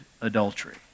adultery